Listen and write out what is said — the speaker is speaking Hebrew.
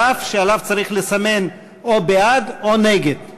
זה דף שעליו צריך לסמן או בעד או נגד.